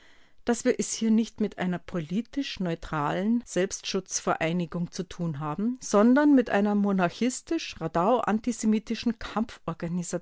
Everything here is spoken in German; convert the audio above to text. daß wir es hier nicht mit einer politisch neutralen selbstschutzvereinigung zu tun haben sondern mit einer monarchistisch-radauantisemitischen